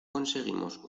conseguimos